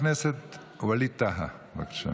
חבר הכנסת ווליד טאהא, בבקשה.